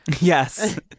Yes